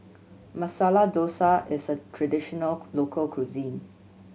Masala Dosa is a traditional local cuisine